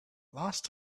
last